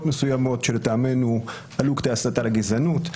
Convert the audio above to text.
מסוימות שלטעמנו עלו כדי הסתה לגזענות.